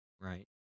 right